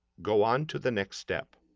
go on to the next step.